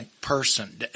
person